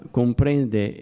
comprende